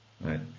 Right